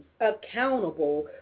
accountable